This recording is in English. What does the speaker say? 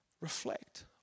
Reflect